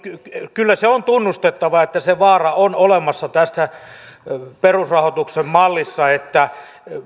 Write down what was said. kyllä se on tunnustettava että se vaara on olemassa tässä perusrahoituksen mallissa että